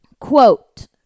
quote